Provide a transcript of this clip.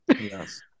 Yes